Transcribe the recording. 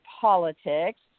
politics